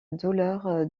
douleur